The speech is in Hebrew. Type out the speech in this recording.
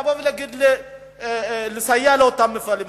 לבוא ולסייע לאותם מפעלים.